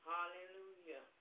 Hallelujah